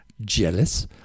Jealous